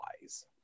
wise